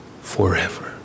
forever